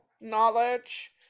knowledge